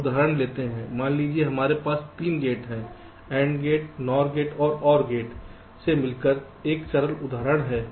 एक उदाहरण लेते हैं मान लीजिए कि हमारे पास 3 गेट हैं AND गेट NOR गेट और एक OR गेट से मिलकर एक सरल उदाहरण है